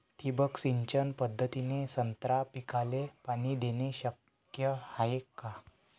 ठिबक सिंचन पद्धतीने संत्रा पिकाले पाणी देणे शक्य हाये का?